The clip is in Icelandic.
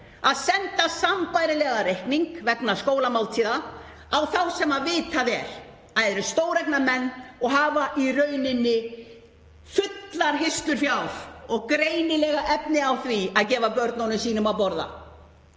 að senda sambærilegan reikning vegna skólamáltíða á þá sem þau vita vel að eru stóreignamenn og hafa í rauninni fullar hirslur fjár og greinilega efni á því að gefa börnunum sínum að borða.